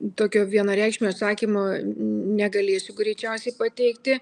tokio vienareikšmio atsakymo negalėsiu greičiausiai pateikti